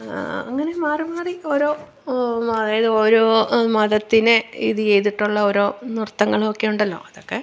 അങ്ങനെ മാറി മാറി ഓരോ ഓ അതായതോരോ മതത്തിനെ ഇത് ചെയ്തിട്ടുള്ളോരോ നൃത്തങ്ങളുമൊക്കെയുണ്ടല്ലോ അതൊക്കെ